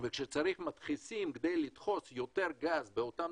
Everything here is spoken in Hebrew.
וכשצריך מדחסים כדי לדחוס יותר גז באותם